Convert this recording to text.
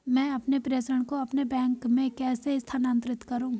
मैं अपने प्रेषण को अपने बैंक में कैसे स्थानांतरित करूँ?